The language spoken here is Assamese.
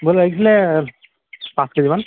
ব্ৰইলা লাগিছিলে পাঁচ কেজিমান